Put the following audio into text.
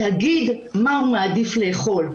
להגיד מה הוא מעדיף לאכול,